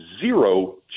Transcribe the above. zero